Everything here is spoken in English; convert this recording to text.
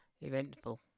Eventful